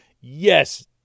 Yes